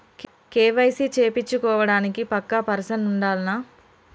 KYC చేపిచ్చుకోవడానికి పక్కా person ఉండాల్నా?